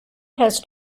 has